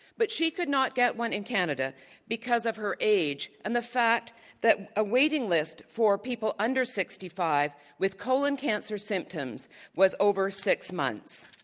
but she could not get one in canada because of her age and the fact that a waiting list for people under sixty five with colon cancer symptoms was over six months.